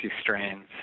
strains